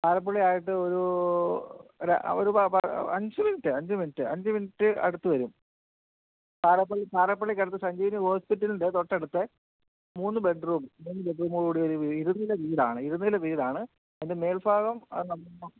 പാറപ്പള്ളി ആയിട്ട് ഒരു ഒരു അഞ്ച് മിനിറ്റ് അഞ്ച് മിനിറ്റ് അഞ്ച് മിനിറ്റ് അടുത്ത് വരും പാറപ്പള്ളി പാറപ്പള്ളിക്കടുത്ത് സഞ്ജീവനി ഹോസ്പിറ്റലിൻ്റെ തൊട്ടടുത്ത് മൂന്ന് ബെഡ്റൂം മൂന്ന് ബെഡ്റൂമ് കൂടെ ഒരു ഇരുനില വീടാണ് ഇരുനില വീടാണ് അതിൻ്റെ മേൽഭാഗം